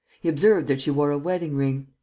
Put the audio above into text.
he observed that she wore a wedding-ring.